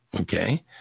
okay